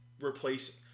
replacing –